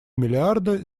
миллиарда